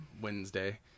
Wednesday